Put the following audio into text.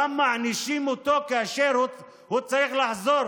גם מענישים אותו כאשר הוא צריך לחזור